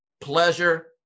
Pleasure